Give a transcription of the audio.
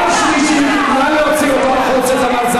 תקשיבי, עם כל הכבוד לך, זאת לא הצגה פה.